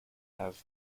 have